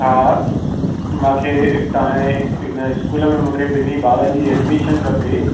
हा मूंखे तव्हांजे हिन स्कूल में मूंखे ॿिनि ॿारनि जी एडमिशन खपे